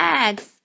eggs